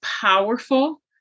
powerful